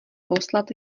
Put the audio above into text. poslat